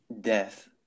death